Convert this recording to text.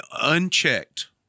Unchecked